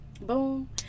boom